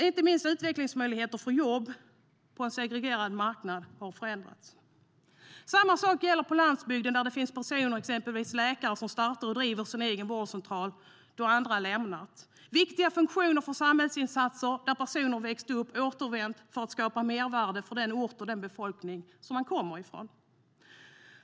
Inte minst utvecklingsmöjligheter för jobb på en segregerad marknad har förändrats. Samma sak gäller på landsbygden, där det finns exempelvis läkare som startar och driver sin egen vårdcentral efter att andra har lämnat. Det handlar om viktiga funktioner för samhällsinsatser, där personer som växte upp i området har återvänt för att skapa mervärde för orten och befolkningen.